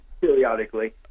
periodically